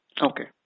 okay